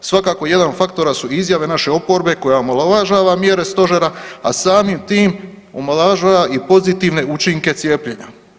Svakako jedan od faktora su i izjave naše oporbe koja omalovažava mjere Stožera, a samim tim omalovažava i pozitivne učinke cijepljenja.